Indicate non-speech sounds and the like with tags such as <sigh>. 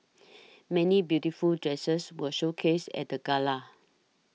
<noise> many beautiful dresses were showcased at the gala